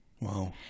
Wow